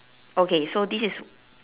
okay so this is